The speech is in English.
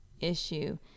issue